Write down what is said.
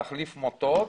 להחליף מוטות,